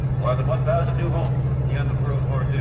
more than one thousand new homes since the end of world war ii.